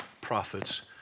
prophets